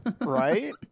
Right